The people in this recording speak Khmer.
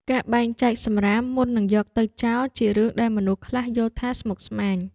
ការបែងចែកសម្រាមមុននឹងយកទៅចោល ជារឿងដែលមនុស្សខ្លះយល់ថាស្មុគស្មាញ។